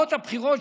מערכות הבחירות,